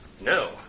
No